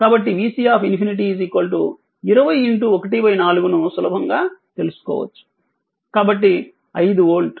కాబట్టి vC∞ 20 14 ను సులభంగా తెలుసుకోవచ్చు కాబట్టి 5 వోల్ట్